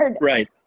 right